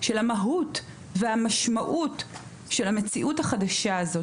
של המהות והמשמעות של המציאות החדשה הזאת